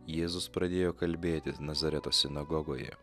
jėzus pradėjo kalbėti nazareto sinagogoje